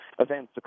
events